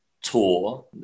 tour